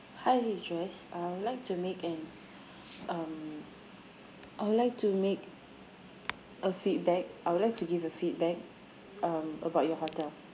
hi jess I would like to make an um I would like to make a feedback I would like to give a feedback um about your hotel